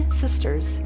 sisters